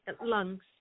lungs